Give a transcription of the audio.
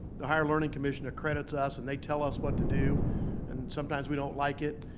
the higher learning commission accredits us and they tell us what to do and sometimes we don't like it.